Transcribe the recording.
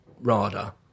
Rada